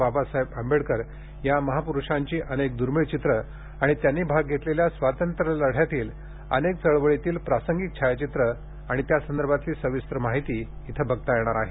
बाबासाहेब आंबेडकर या महाप्रुषाची अनेक दूर्मिळ चित्रे आणि त्यांनी भाग घेतलेल्या स्वातंत्र्यलढ्यातील अनेक चळवळीतील प्रासंगिक छायाचित्र आणि त्या संदर्भातील सविस्तर माहिती देखील बघता येणार आहे